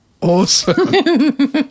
awesome